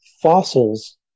fossils